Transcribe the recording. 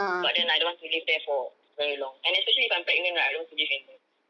but then I don't want to live there for very long and especially if I'm pregnant right I don't want to live in there